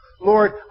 Lord